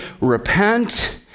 repent